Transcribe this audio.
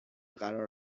قرار